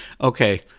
Okay